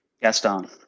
Gaston